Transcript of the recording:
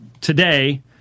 today